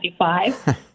1995